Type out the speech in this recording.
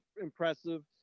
impressive